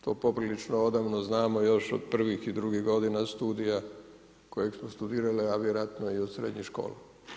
To poprilično odavno znamo još od prvih i drugih godina studija kojeg smo studirali, a vjerojatno i od srednjih škola.